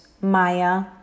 Maya